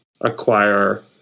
acquire